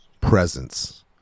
presence